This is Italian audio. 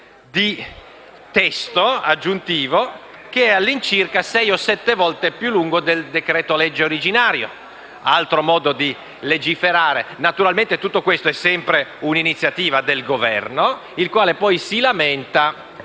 di testo supplementare, che è all'incirca sei o sette volte più lungo del decreto-legge originario: altro bel modo di legiferare. Naturalmente tutto questo è sempre una iniziativa del Governo, il quale poi si lamenta